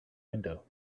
window